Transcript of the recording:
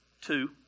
two